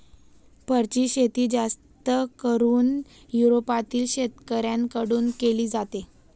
फरची शेती जास्त करून युरोपातील शेतकऱ्यांन कडून केली जाते